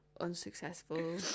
unsuccessful